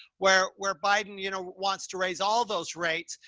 where, where biden, you know, wants to raise all those rates.